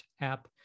app